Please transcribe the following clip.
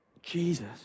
Jesus